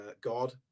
God